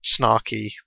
snarky